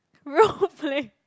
roughly